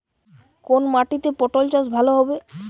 কোন মাটিতে পটল চাষ ভালো হবে?